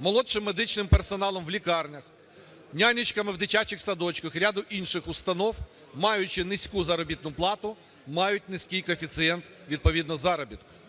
молодшим медичним персоналом в лікарнях, нянечками в дитячих садочках і ряду інших установ, маючи низьку заробітну плату, мають низький коефіцієнт відповідно заробітку.